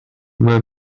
will